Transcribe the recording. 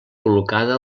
col·locada